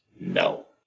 No